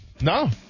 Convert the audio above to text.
No